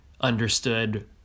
understood